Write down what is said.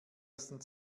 ersten